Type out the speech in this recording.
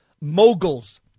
moguls